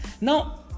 Now